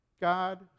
God